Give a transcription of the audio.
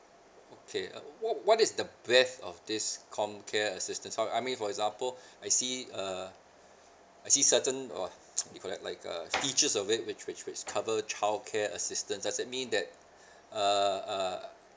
okay uh what what is the breath of this comcare assistance I I mean for example I see a I see certain !wah! it called it like a features of which which which cover child care assistance does that mean that err err